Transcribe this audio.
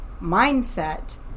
mindset